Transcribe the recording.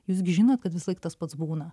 jūs gi žinot kad visąlaik tas pats būna